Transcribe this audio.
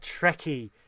trekkie